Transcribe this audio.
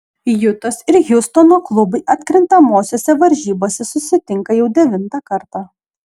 jutos ir hjustono klubai atkrintamosiose varžybose susitinka jau devintą kartą